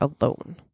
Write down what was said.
alone